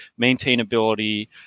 maintainability